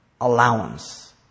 Allowance